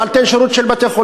אבל תן שירות של בתי-חולים.